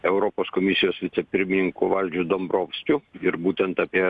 europos komisijos vicepirmininku valdžiu dombrovskiu ir būtent apie